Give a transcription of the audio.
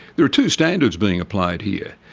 there are two standards being applied here,